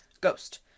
Ghost